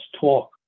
talk